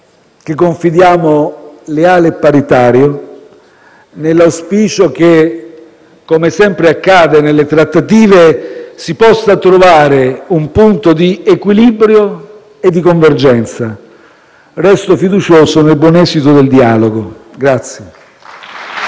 che confidiamo essere leale e paritario, nell'auspicio che - come sempre accade nelle trattative - si possa trovare un punto di equilibrio e di convergenza. Resto fiducioso nel buon esito del dialogo.